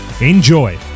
Enjoy